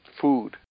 food